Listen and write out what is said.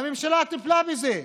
הממשלה טיפלה בזה.